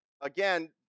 again